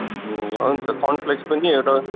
ए हुन्छ कर्नफ्लेक्स पनि एउटा